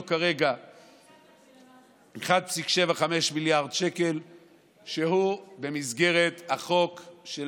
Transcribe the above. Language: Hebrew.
לו כרגע 1.75 מיליארד שקל במסגרת החוק של